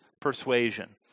persuasion